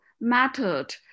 mattered